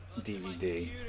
DVD